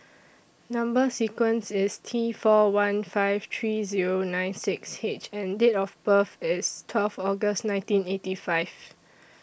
Number sequence IS T four one five three Zero nine six H and Date of birth IS twelve August nineteen eighty five